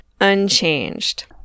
unchanged